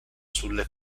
sulle